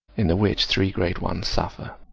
in the which three great ones suffer,